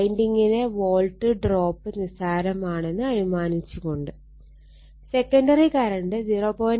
വൈൻഡിങ്ങിലെ volt drop നിസ്സാരമാണെന്ന് അനുമാനിച്ച് കൊണ്ട് സെക്കണ്ടറി കറണ്ട് 0